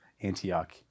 Antioch